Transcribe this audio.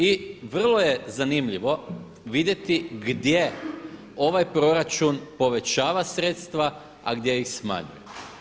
I vrlo je zanimljivo vidjeti gdje ovaj proračun povećava sredstva a gdje ih smanjuje.